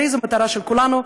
הרי זו המטרה של כולנו,